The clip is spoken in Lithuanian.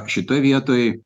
šitoj vietoj